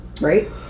right